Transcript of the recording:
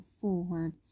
forward